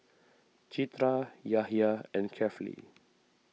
Citra Yahya and Kefli